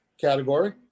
category